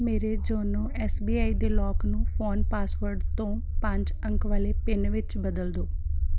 ਮੇਰੇ YONO S B I ਦੇ lock ਨੂੰ ਫ਼ੋਨ ਪਾਸਵਰਡ ਤੋਂ ਪੰਜ ਅੰਕ ਵਾਲੇ ਪਿੰਨ ਵਿੱਚ ਬਦਲ ਦਿਉ